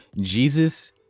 Jesus